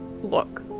Look